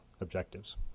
objectives